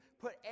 put